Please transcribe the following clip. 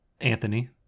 Anthony